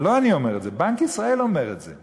לא אני אומר את זה, בנק ישראל אומר את זה.